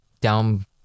down